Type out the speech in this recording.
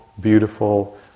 beautiful